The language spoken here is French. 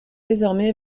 désormais